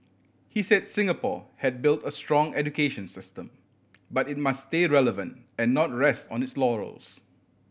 he said Singapore had built a strong education system but it must stay relevant and not rest on its laurels